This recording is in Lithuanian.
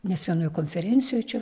nes vienoj konferencijoj čia